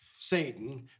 satan